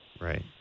Right